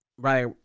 Right